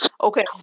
Okay